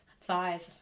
Thighs